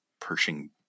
Pershing